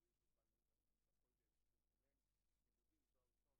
באופן הזה אנחנו גם נותנים איזושהי אסמכתה.